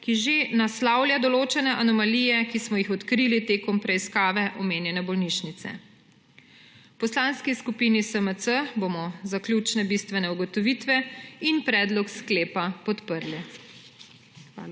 ki že naslavlja določene anomalije, ki smo jih odkrili tekom preiskave omenjene bolnišnice. V Poslanski skupini SMC bomo zaključne bistvene ugotovitve in predlog sklepa podprli.